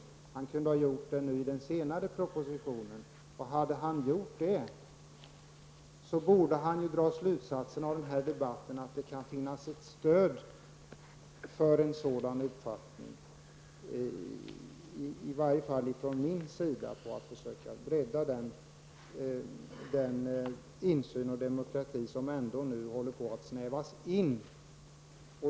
Han kunde ha gjort det i den senare propositionen. Han borde dra slutsatsen av denna debatt att det kan finnas ett stöd, i varje fall från min sida, att försöka bredda den insyn och demokrati som nu håller på att snävas in.